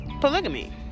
polygamy